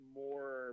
more